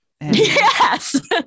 Yes